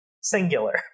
Singular